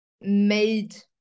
made